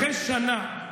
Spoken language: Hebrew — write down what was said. אחרי שנה,